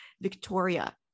Victoria